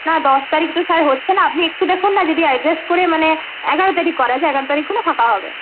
না দশ তারিখ তো স্যার হচ্ছে না আপনি একটু দেখুন না যদি অ্যাডজাস্ট করে মানে এগারো তারিখ করা যায় এগারো তারিখ হলে ফাঁকা হবে